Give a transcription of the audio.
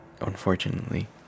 unfortunately